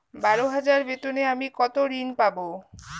বারো হাজার বেতনে আমি কত ঋন পাব?